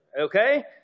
okay